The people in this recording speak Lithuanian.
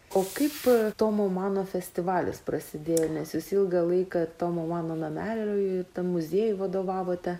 o kaip tomo mano festivalis prasidėjo nes jūs ilgą laiką tomo mano nameliui tam muziejui vadovavote